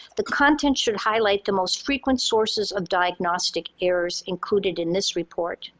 the content should highlight the most frequent sources of diagnostic errors included in this report,